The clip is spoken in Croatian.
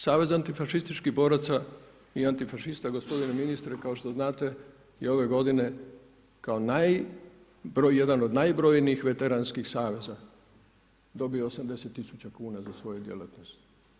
Savez antifašističkih boraca i antifašista gospodine ministre, kao što znate je ove godine, kao naj, broj jedan, od najbrojnijih veterinarskih saveza, dobio 80000 kuna za svoju djelatnost.